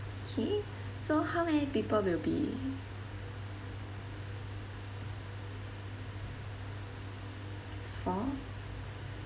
okay so how many people will be four